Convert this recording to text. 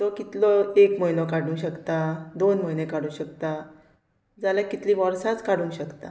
तो कितलो एक म्हयनो काडूंक शकता दोन म्हयने काडूं शकता जाल्यार कितली वर्सांच काडूंक शकता